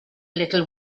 little